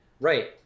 Right